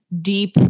deep